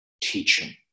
teaching